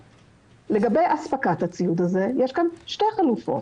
לגבי אספקת הציוד הזה, יש כאן שתי חלופות.